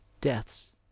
deaths